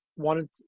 wanted